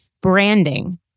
branding